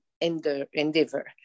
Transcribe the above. endeavor